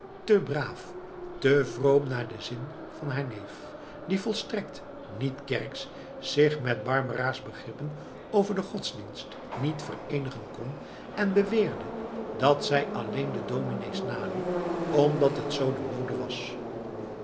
te braaf te vroom naar den zin van haar neef die volstrekt niet kerksch zich met barbara's begrippen over den godsdienst niet vereenigen kon en beweerde dat zij alleen de dominees naliep omdat het zoo de mode was